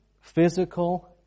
physical